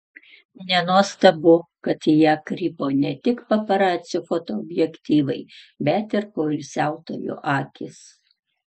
nenuostabu kad į ją krypo ne tik paparacių fotoobjektyvai bet ir poilsiautojų akys